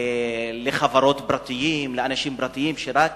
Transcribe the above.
לחברות פרטיות, לאנשים פרטיים שרק